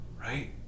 right